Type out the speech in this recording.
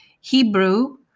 Hebrew